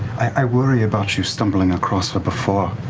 i worry about you stumbling across her before